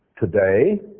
today